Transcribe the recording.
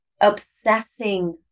obsessing